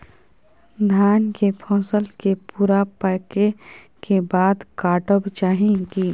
धान के फसल के पूरा पकै के बाद काटब चाही की?